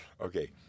Okay